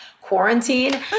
quarantine